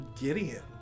Gideon